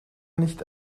nicht